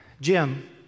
Jim